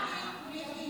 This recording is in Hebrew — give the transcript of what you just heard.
השר מיקי זוהר,